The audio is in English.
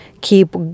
keep